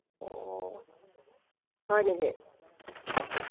অঁ হয় নেকি